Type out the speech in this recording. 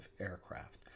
aircraft